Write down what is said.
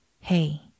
Hey